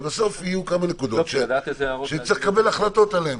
ובסוף יהיו כמה נקודות שנצטרך לקבל החלטות עליהן.